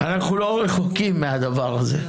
אנחנו לא רחוקים מהדבר הזה.